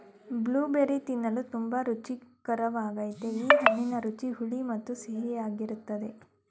blueberry ತಿನ್ನಲು ತುಂಬಾ ರುಚಿಕರ್ವಾಗಯ್ತೆ ಈ ಹಣ್ಣಿನ ರುಚಿ ಹುಳಿ ಮತ್ತು ಸಿಹಿಯಾಗಿರ್ತದೆ